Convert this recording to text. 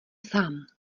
sám